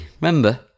Remember